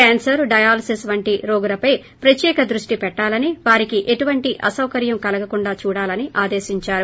cancer dialysis వంటి రోగులపై ప్రత్యేక దృష్టి పెట్టలాని వారికి ఎటువంటి అసౌకర్యం కలగకుండా చూడాలని ఆదేశించారు